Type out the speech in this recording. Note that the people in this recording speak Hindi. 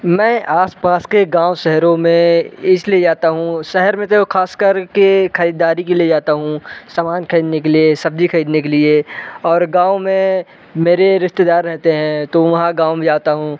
मैं आस पास के गाँव शहरों में इसलिए जाता हूँ शहर में तो खास कर के खरीदारी के लिए जाता हूँ सामान खरीदने के लिए सब्ज़ी खरीदने के लिए और गाँव में मेरे रिश्तेदार रहते हैं तो वहाँ गाँव में जाता हूँ